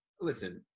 listen